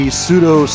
pseudo